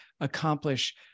accomplish